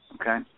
okay